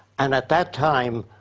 and at that time,